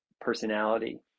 personality